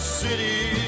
city